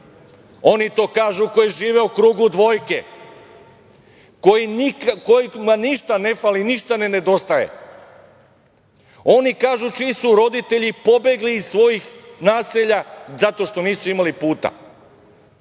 Oni to kažu, koji žive u krugu "dvojke", kojima ništa ne fali, ništa ne nedostaje! Oni kažu, čiji su roditelji pobegli iz svojih naselja zato što nisu imali puta.